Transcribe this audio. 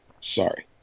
sorry